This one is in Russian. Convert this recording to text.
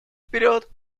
вперед